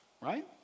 right